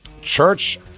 Church